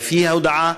לפי ההודעה,